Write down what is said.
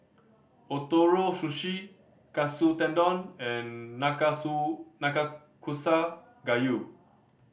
Ootoro Sushi Katsu Tendon and Nanakusa Gayu